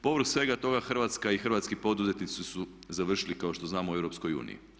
Povrh svega toga Hrvatska i hrvatski poduzetnici su završili kao što znamo u EU.